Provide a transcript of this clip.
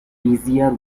easier